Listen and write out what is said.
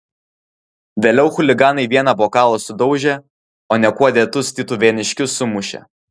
vėliau chuliganai vieną bokalą sudaužė o niekuo dėtus tytuvėniškius sumušė